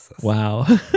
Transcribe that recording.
Wow